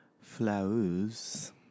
flowers